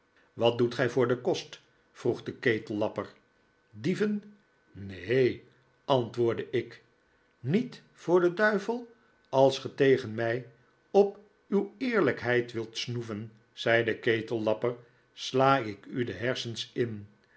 wat doet gij voor den kost vroeg de ketellapper dieven ne eenl antwoordde ik niet voor den duivel als ge tegen mij op uw eerlijkheid wilt snoeven zei de ketellapper sla ik u de hersens in